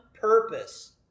purpose